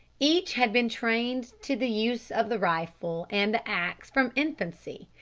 each had been trained to the use of the rifle and the axe from infancy,